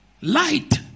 light